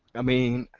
i mean,